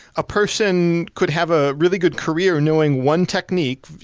a person could have a really good career knowing one technique,